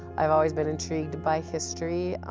i've always been intrigued by history.